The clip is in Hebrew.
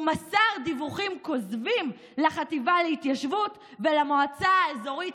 הוא מסר דיווחים כוזבים לחטיבה להתיישבות ולמועצה האזורית